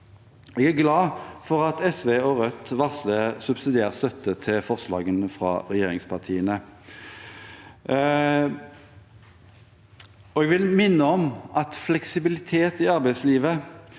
Jeg er glad for at SV og Rødt varsler subsidiær støtte til forslagene fra regjeringspartiene. Jeg vil minne om at fleksibilitet i arbeidslivet